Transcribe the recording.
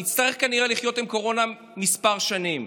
נצטרך כנראה לחיות עם קורונה כמה שנים.